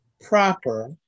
proper